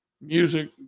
music